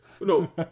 No